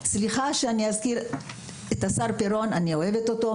סליחה שאני אזכיר את השר פירון אני אוהבת אותו,